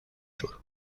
sur